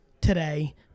today